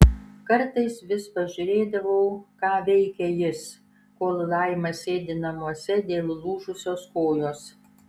kartais vis pažiūrėdavau ką veikia jis kol laima sėdi namuose dėl lūžusios kojos